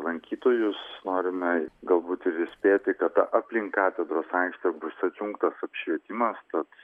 lankytojus norime galbūt ir įspėti kad aplink katedros aikštę bus atjungtas apšvietimas tad